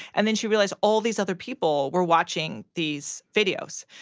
and then she realized all these other people were watching these videos.